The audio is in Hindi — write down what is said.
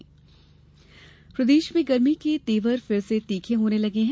मौसम प्रदेश में गर्मी के तेवर फिर से तीखे होने लगे हैं